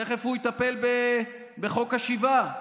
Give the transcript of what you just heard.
תכף הוא יטפל בחוק השיבה.